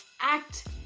act